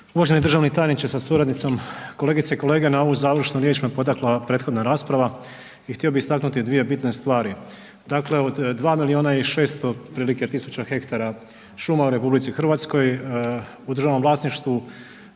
uvaženi državni tajniče sa suradnicom, kolegice i kolege, na ovu završnu riječ me potakla prethodna rasprava i htio bi istaknuti dvije bitne stvari. Dakle od 2 milijuna i 600 otprilike tisuća hektara puma u RH u državnom vlasništvu